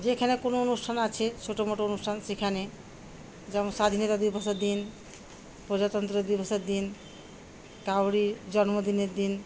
যেখানে কোনো অনুষ্ঠান আছে ছোটো মোটো অনুষ্ঠান সেখানে যেমন স্বাধীনতা দিবসের দিন প্রজাতন্ত্র দিবসের দিন কারুর জন্মদিনের দিন